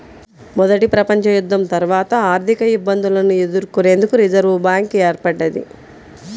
మొదటి ప్రపంచయుద్ధం తర్వాత ఆర్థికఇబ్బందులను ఎదుర్కొనేందుకు రిజర్వ్ బ్యాంక్ ఏర్పడ్డది